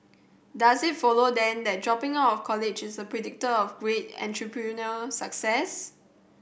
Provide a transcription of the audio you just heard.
does it follow then that dropping out of college is a predictor of great entrepreneurial success